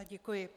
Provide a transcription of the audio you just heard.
Děkuji.